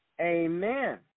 Amen